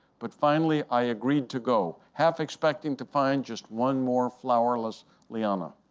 but finally, i agreed to go, half expecting to find just one more flowerless liana.